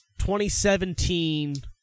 2017